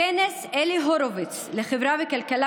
בכנס אלי הורוביץ לחברה וכלכלה